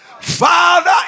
Father